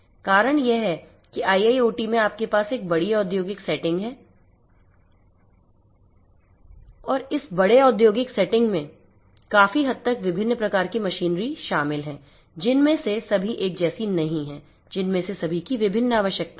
कारण यह है कि IIoT में आपके पास एक बड़ी औद्योगिक सेटिंग है और इस बड़े औद्योगिक सेटिंग में काफी हद तक विभिन्न प्रकार की मशीनरी शामिल हैं जिनमें से सभी एक जैसी नहीं हैं जिनमें से सभी की विभिन्न आवश्यकताएं हैं